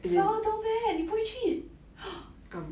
flower dome eh 你不会去